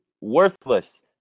worthless